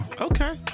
Okay